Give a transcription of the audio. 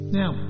now